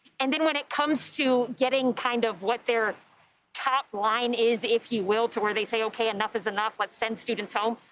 and then when it comes to getting kind of what their top line is, if you will, to where they say, okay, enough is enough. let's send students home.